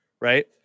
right